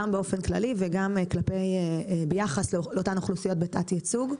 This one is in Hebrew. באופן כללי וגם ביחס לאותן אוכלוסיות בתת ייצוג.